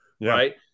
right